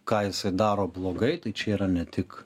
ką jisai daro blogai tai čia yra ne tik